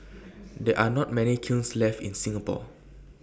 there are not many kilns left in Singapore